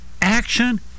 action